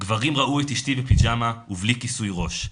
גברים ראו את אשתי בפיג'מה ובלי כיסוי ראש.